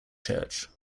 church